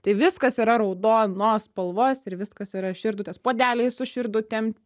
tai viskas yra raudonos spalvos ir viskas yra širdutės puodeliai su širdutėm